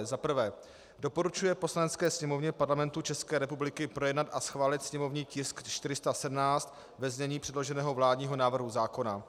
1. doporučuje Poslanecké sněmovně Parlamentu České republiky projednat a schválit sněmovní tisk 417 ve znění předloženého vládního návrhu zákona;